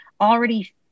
already